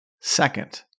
second